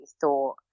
thought